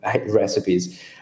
recipes